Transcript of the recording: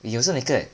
you also naked